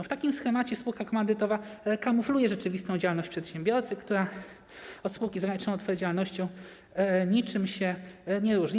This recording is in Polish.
W takim schemacie spółka komandytowa kamufluje rzeczywistą działalność przedsiębiorcy, która od spółki z ograniczoną odpowiedzialnością niczym się nie różni.